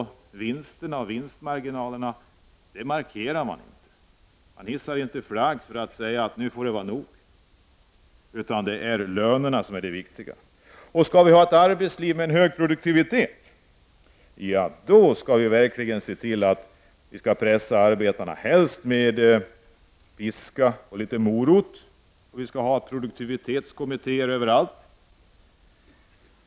Någon inriktning på vinstmarginalerna markerar man inte. Man hissar inte flagg för att säga att nu får det vara nog med vinster. Skall vi ha ett arbetsliv med hög produktivitet, då skall vi helst pressa arbetarna med piska och locka litet med morot. Vi skall ha produktivitetskommittéer överallt.